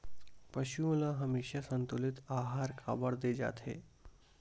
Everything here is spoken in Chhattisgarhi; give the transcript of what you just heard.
पशुओं ल हमेशा संतुलित आहार काबर दे जाथे?